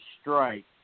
strike